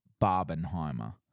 Barbenheimer